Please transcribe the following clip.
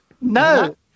No